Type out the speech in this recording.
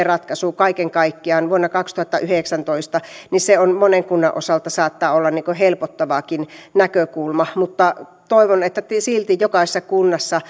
ratkaisu kaiken kaikkiaan vuonna kaksituhattayhdeksäntoista saattaa monen kunnan osalta olla niin kuin helpottavakin näkökulma mutta toivon että silti jokaisessa kunnassa